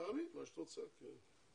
תאמי, מה שאת רוצה, כן.